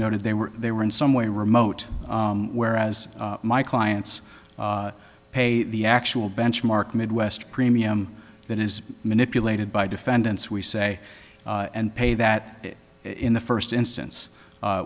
noted they were they were in some way remote whereas my clients pay the actual benchmark midwest premium that is manipulated by defendants we say and pay that in the first instance